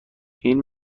این